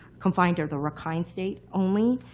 confined to the rakhine state only,